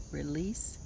release